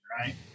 right